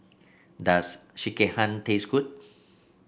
does Sekihan taste good